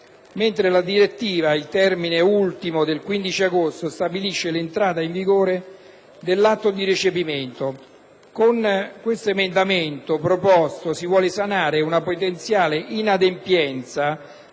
stabilisce il termine ultimo del 15 agosto per l'entrata in vigore dell'atto di recepimento. Con questo emendamento proposto si vuole sanare una potenziale inadempienza